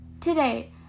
Today